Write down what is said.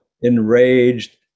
enraged